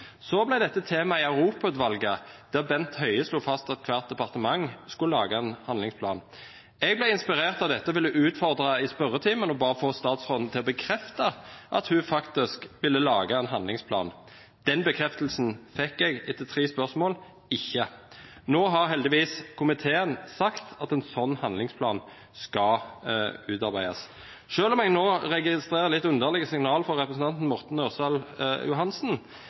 Så ble dette tema i Europautvalget, der Bent Høie slo fast at hvert departement skulle lage en handlingsplan. Jeg ble inspirert av dette og ville utfordre statsråden i spørretimen og bare få henne til å bekrefte at hun faktisk ville lage en handlingsplan. Den bekreftelsen fikk jeg etter tre spørsmål ikke. Nå har heldigvis komiteen sagt at en sånn handlingsplan skal utarbeides, selv om jeg nå registrerer litt underlige signaler fra representanten Morten Ørsal Johansen.